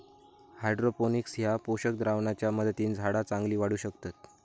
hydroponics ह्या पोषक द्रावणाच्या मदतीन झाडा चांगली वाढू शकतत